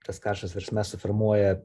tas karštas versmes suformuoja